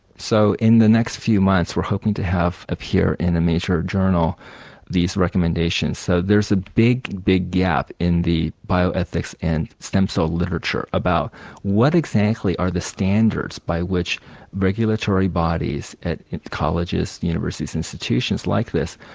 so in the next few months, we're hoping to have appear in a major journal these recommendations. so there's a big, big gap in the bioethics and stem cell literature about what exactly are the standards by which regulatory bodies at colleges, universities, institutions like this,